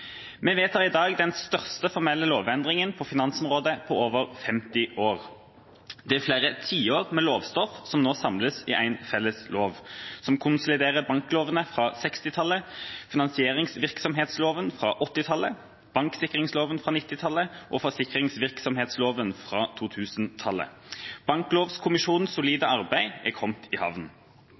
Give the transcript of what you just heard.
Vi vedtar i dag den største formelle lovendringen på finansområdet på over 50 år. Det er flere tiår med lovstoff som nå samles i én felles lov, som konsoliderer banklovene fra 1960-tallet, finansieringsvirksomhetsloven fra 1980-tallet, banksikringsloven fra 1990-tallet og forsikringsvirksomhetsloven fra 2000-tallet. Banklovkommisjonens solide arbeid er kommet i havn.